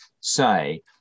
say